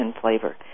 flavor